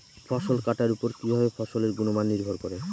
ফসল কাটার উপর কিভাবে ফসলের গুণমান নির্ভর করে?